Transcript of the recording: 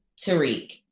Tariq